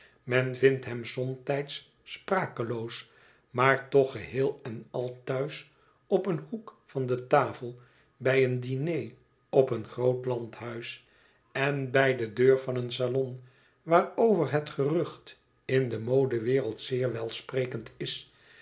men vindt hem somtijds sprakeloos maar toch geheel en al thuis op een hoek van de tafel bij een diner op een groot landhuis en bij de deur van een salon waarover het gerucht in de modewereld zeer welsprekend is